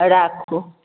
राखू